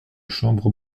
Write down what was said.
chambre